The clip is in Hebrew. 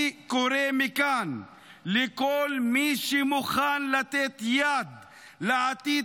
אני קורא מכאן לכל מי שמוכן לתת יד לעתיד